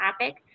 topic